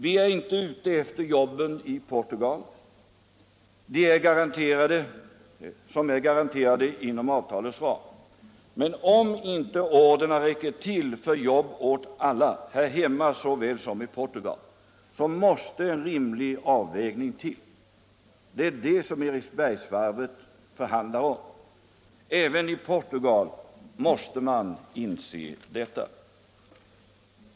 Vi är inte ute efter de jobb i Portugal som är garanterade inom avtalets ram. Men om inte orderna räcker till för jobb åt alla här hemma såväl som i Portugal måste en rimlig avvägning göras. Det är detta som Eriksberg förhandlar om. Även i Portugal måste man inse detta.